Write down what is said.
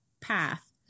path